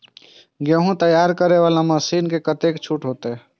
गेहूं तैयारी करे वाला मशीन में कतेक छूट होते?